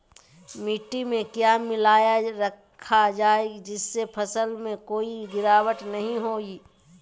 मिट्टी में क्या मिलाया रखा जाए जिससे फसल में कोई गिरावट नहीं होई?